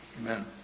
amen